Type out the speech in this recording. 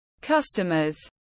customers